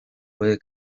puede